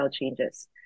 changes